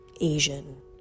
Asian